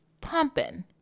pumping